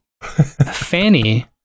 Fanny